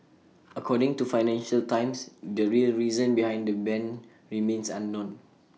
according to financial times the real reason behind the ban remains unknown